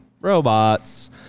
robots